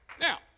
Now